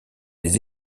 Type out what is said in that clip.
les